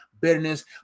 bitterness